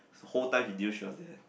the whole time he knew she was there